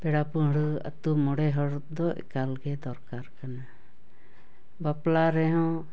ᱯᱮᱲᱟ ᱯᱟᱹᱲᱦᱟᱹ ᱟᱛᱳ ᱢᱚᱬᱮ ᱦᱚᱲ ᱠᱚᱫᱚ ᱮᱠᱟᱞᱜᱮ ᱫᱚᱨᱠᱟᱨ ᱠᱟᱱᱟ ᱵᱟᱯᱞᱟ ᱨᱮᱦᱚᱸ